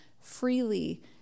freely